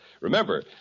Remember